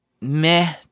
meh